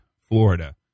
Florida